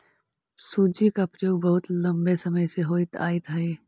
सूजी का प्रयोग बहुत लंबे समय से होइत आयित हई